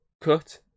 cut